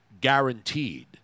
guaranteed